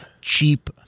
cheap